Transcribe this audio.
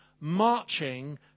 marching